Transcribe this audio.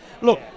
Look